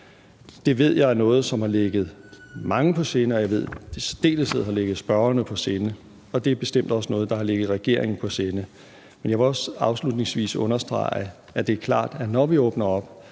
Det ved jeg er noget, som har ligget mange på sinde, og jeg ved, at det i særdeleshed har ligget spørgerne på sinde, og det er bestemt også noget, der har ligget regeringen på sinde. Men jeg vil også afslutningsvis understrege, at det er klart, at når vi åbner op,